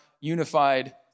unified